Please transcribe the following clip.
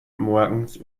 morgens